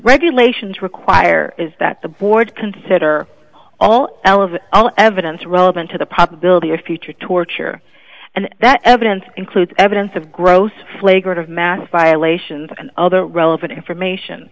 regulations require is that the board consider all relevant all evidence relevant to the probability of future torture and that evidence includes evidence of growth flagrant of mass violations and other relevant information